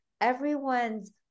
everyone's